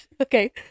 okay